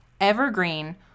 evergreen